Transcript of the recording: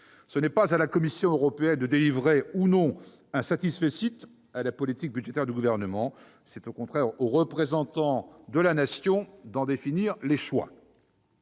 Ce n'est pas à la Commission européenne de délivrer, ou non, un satisfecit à la politique budgétaire du Gouvernement ; c'est au contraire aux représentants de la Nation d'en définir les choix.